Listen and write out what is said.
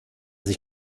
sich